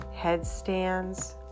headstands